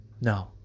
no